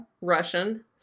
russian